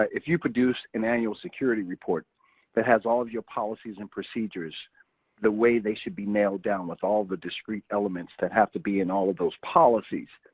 ah if you produce an annual security report that has all of your policies and procedures the way they should be nailed down with all the discreet elements that have to be in all of those policies.